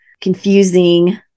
confusing